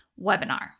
webinar